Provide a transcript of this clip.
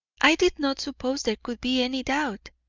i did not suppose there could be any doubt,